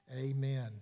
Amen